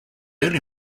early